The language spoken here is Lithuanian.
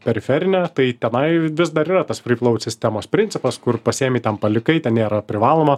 periferinė tai tenai vis dar yra tas freflou sistemos principas kur pasiėmi ten palikai ten nėra privaloma